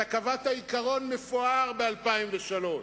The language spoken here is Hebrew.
אתה קבעת עיקרון מפואר ב-2003,